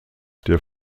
der